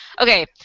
Okay